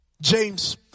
James